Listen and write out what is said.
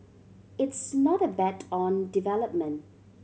it's not a bet on development